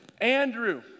Andrew